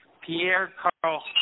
Pierre-Carl